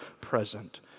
present